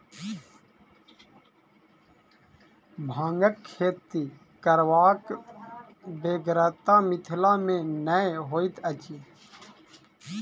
भांगक खेती करबाक बेगरता मिथिला मे नै होइत अछि